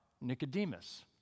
Nicodemus